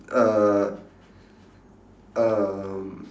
uh um